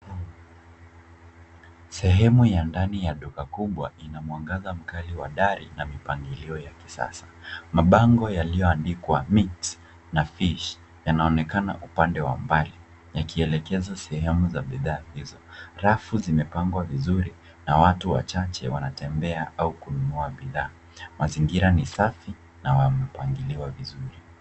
Sehemu ya ndani ya duka kubwa ina mwangaza mkali wa dari na mipangilio ya kisasa. Mabango yaliyoandikwa meat na fish yanaonekana upande wa mbali yakielekeza sehemu sehemu ya bidhaa hizo. Rafu zimepangwa vizuri na qatu wavhache wanatembea au kununua bidhaa. Mazingira ni safi na wamepangiliwa vizuri.